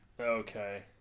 Okay